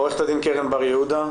עורכת הדין קרן בר יהודה.